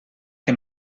que